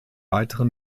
weitere